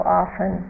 often